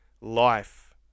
life